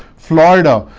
florida,